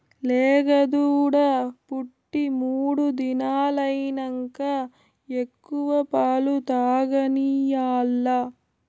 లేగదూడ పుట్టి మూడు దినాలైనంక ఎక్కువ పాలు తాగనియాల్ల